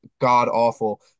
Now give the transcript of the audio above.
god-awful